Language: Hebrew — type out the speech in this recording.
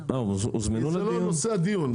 כי זה לא נושא הדיון,